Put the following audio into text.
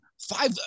five